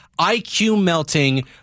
IQ-melting